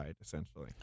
essentially